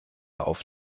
auf